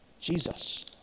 Jesus